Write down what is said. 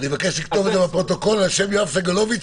אני מבקש לכתוב את זה בפרוטוקול על שם יואב סגלוביץ',